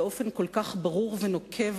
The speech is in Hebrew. באופן כל כך ברור ונוקב,